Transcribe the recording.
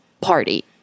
party